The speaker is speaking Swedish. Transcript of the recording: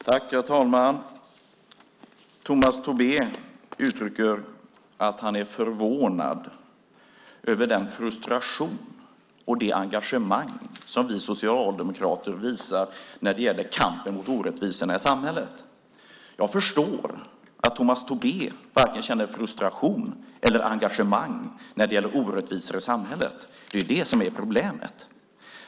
Herr talman! Tomas Tobé uttrycker att han är förvånad över den frustration och det engagemang som vi socialdemokrater visar när det gäller kampen mot orättvisorna i samhället. Jag förstår att Tomas Tobé varken känner frustration eller engagemang när det gäller orättvisor i samhället. Det är det som är problemet.